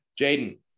Jaden